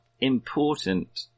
important